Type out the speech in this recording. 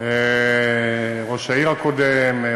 ראש העיר הקודם,